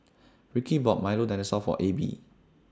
Ricky bought Milo Dinosaur For Ab